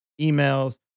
emails